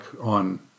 on